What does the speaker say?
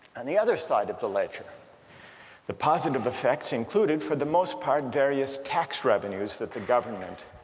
and the other side of the ledger the positive effects included, for the most part, various tax revenues that the government